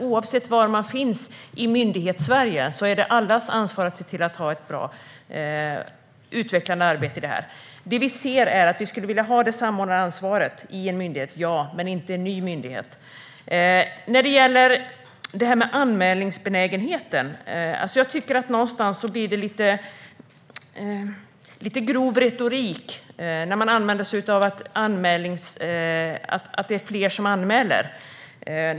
Oavsett var man finns i Myndighetssverige är det allas ansvar att se till att ha ett bra och utvecklande arbete vad gäller detta. Vi skulle vilja ha ett samordnaransvar i en enda myndighet, men inte i en ny myndighet. Det blir lite grov retorik när man talar om anmälningsbenägenhet och säger att fler anmäler.